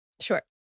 Sure